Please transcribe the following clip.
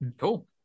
Cool